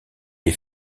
est